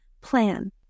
plan